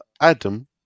Adam